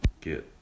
get